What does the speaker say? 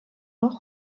noch